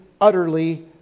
utterly